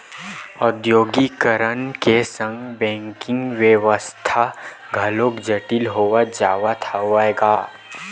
औद्योगीकरन के संग बेंकिग बेवस्था घलोक जटिल होवत जावत हवय गा